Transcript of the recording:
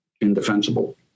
indefensible